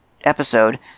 episode